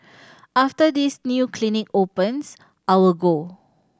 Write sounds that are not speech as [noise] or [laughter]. [noise] after this new clinic opens I will go